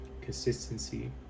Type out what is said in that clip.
consistency